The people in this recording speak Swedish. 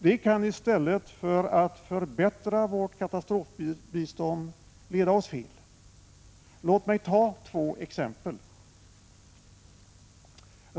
Det kan i stället för att förbättra vårt katastrofbistånd leda oss fel. Låt mig ta två exempel.